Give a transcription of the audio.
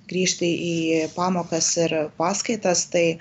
grįžti į pamokas ir paskaitas tai